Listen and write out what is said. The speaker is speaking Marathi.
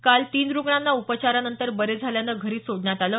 काल तीन रुग्णांना उपचारानंतर बरे झाल्यानं घरी सोडण्यात आलं